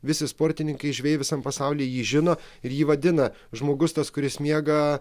visi sportininkai žvejai visam pasauly jį žino ir jį vadina žmogus tas kuris miega